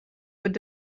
would